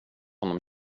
honom